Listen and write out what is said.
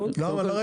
למה אין כסף?